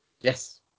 Yes